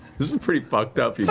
this is pretty fucked up, you